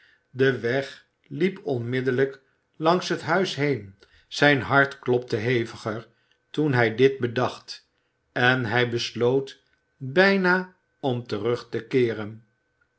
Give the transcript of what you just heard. de weg liep onmiddellijk langs het huis heen zijn hart klopte heviger toen hij dit bedacht en hij besloot bijna om terug te keeren